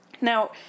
Now